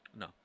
No